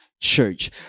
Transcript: Church